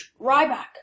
Ryback